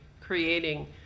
creating